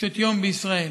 קשות יום בישראל.